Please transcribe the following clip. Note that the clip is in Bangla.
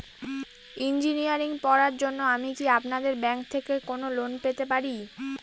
ইঞ্জিনিয়ারিং পড়ার জন্য আমি কি আপনাদের ব্যাঙ্ক থেকে কোন লোন পেতে পারি?